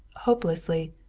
hopelessly,